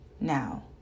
Now